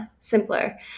Simpler